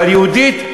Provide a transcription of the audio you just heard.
אבל יהודית,